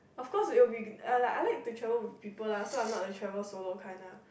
of course it will be I I like to travel with people lah so I am not the travel solo kind lah